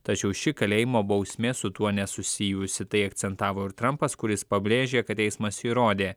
tačiau ši kalėjimo bausmė su tuo nesusijusi tai akcentavo ir trampas kuris pabrėžė kad teismas įrodė